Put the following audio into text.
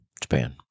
Japan